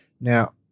Now